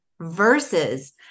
versus